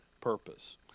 purpose